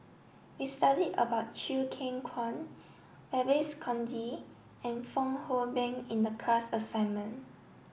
we studied about Chew Kheng Chuan Babes Conde and Fong Hoe Beng in the class assignment